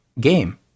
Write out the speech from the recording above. game